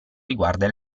riguarda